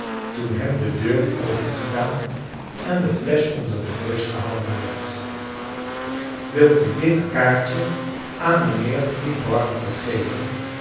toen hem de deur opengedaan en de flesch onder den neus gehouden werd wil u dit kaartje aan mijnheer tite barnacle geven